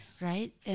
right